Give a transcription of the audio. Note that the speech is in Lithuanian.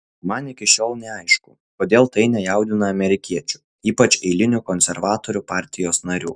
man iki šiol neaišku kodėl tai nejaudina amerikiečių ypač eilinių konservatorių partijos narių